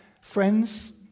friends